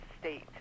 State